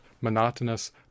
monotonous